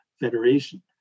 Federation